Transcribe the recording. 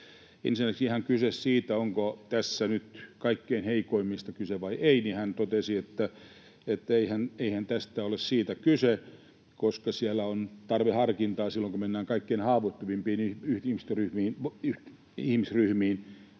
oli ihan kyse siitä, onko tässä nyt kaikkein heikoimmista kyse vai ei, hän totesi, että eihän tässä ole siitä kyse, koska siellä on tarveharkintaa silloin, kun mennään kaikkein haavoittuvimpiin ihmisryhmiin.